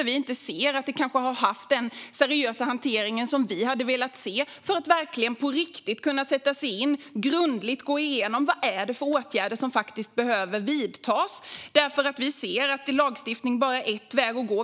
Vi ser inte att det har haft den seriösa hantering som vi hade velat se för att man verkligen skulle kunna sätta sig in i detta och grundligt gå igenom vilka åtgärder som behöver vidtas. Vi ser att lagstiftning bara är en väg att gå.